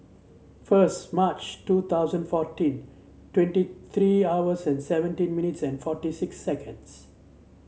first March two thousand fourteen twenty three hours and seventeen minutes and forty six seconds